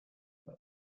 but